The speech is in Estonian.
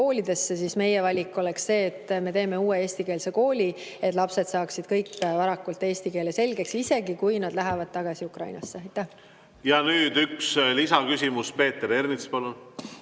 koolidesse, siis meie valik oleks see, et me teeme uue eestikeelse kooli, et lapsed saaksid kõik varakult eesti keele selgeks, isegi kui nad lähevad tagasi Ukrainasse. Ja nüüd üks lisaküsimus. Peeter Ernits, palun!